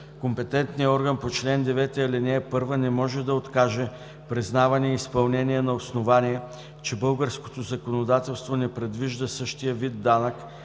компетентният орган по чл. 9, ал. 1 не може да откаже признаване и изпълнение на основание, че българското законодателство не предвижда същия вид данък